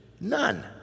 none